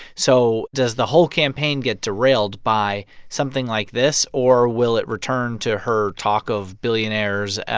so does the whole campaign get derailed by something like this? or will it return to her talk of billionaires,